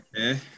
Okay